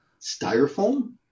styrofoam